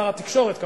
שר התקשורת כמובן,